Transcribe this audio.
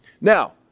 Now